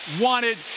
wanted